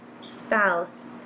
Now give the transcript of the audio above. spouse